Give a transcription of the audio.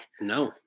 No